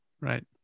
right